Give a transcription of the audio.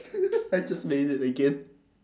I just made it again